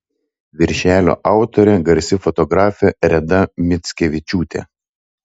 viršelio autorė garsi fotografė reda mickevičiūtė